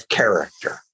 character